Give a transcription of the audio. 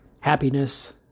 happiness